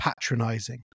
patronizing